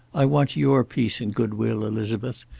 i want your peace and good will, elizabeth.